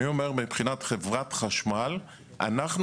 אני אומר מבחינת חברת חשמל שאנחנו